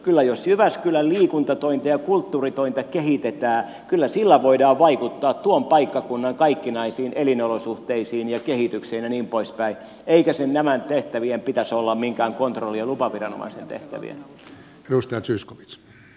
kyllä sillä jos jyväskylän liikuntatointa ja kulttuuritointa kehitetään voidaan vaikuttaa tuon paikkakunnan kaikkinaisiin elinolo suhteisiin ja kehitykseen ja niin poispäin eikä näiden tehtävien pitäisi olla minkään kontrolli ja lupaviranomaisen tehtäviä